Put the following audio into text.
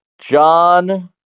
John